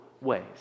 ways